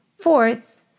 Fourth